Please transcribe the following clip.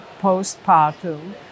postpartum